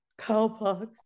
cowpox